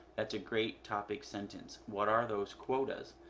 that's a great topic sentence. what are those quotas,